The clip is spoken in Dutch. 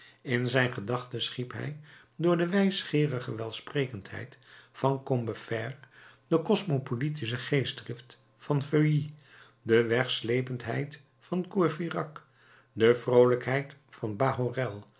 in zijn gedachte schiep hij door de wijsgeerige welsprekendheid van combeferre de cosmopolitische geestdrift van feuilly de wegsleependheid van courfeyrac de vroolijkheid van bahorel